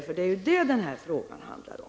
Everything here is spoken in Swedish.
Det är ju detta den här frågan handlar om.